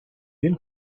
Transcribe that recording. він